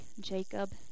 Jacob